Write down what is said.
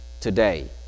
today